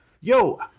yo